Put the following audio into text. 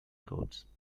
quotes